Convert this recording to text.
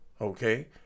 okay